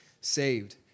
saved